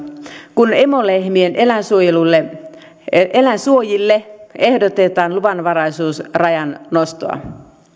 kun emolehmien eläinsuojille ehdotetaan luvanvaraisuusrajan nostoa